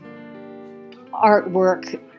artwork